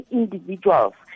individuals